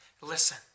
Listen